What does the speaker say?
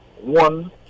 One